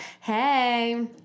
Hey